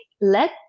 let